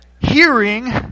hearing